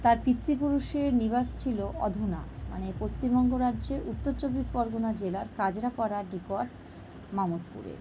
তার পিতৃপুরুষের নিবাস ছিলো অধুনা মানে পশ্চিমবঙ্গ রাজ্যের উত্তর চব্বিশ পরগনা জেলার কাঁচরাপাড়া নিকট মানবপুরে